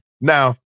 Now